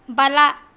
ಬಲ